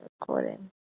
recording